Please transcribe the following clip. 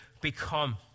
become